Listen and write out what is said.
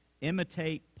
imitate